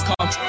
come